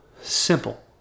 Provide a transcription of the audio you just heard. simple